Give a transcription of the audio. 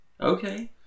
okay